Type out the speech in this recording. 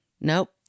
Nope